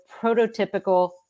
prototypical